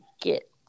get